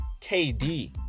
KD